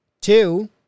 Two